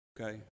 Okay